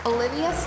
Olivia